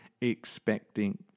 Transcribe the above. expecting